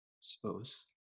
Suppose